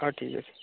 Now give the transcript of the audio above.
ହଉ ଠିକ୍ ଅଛି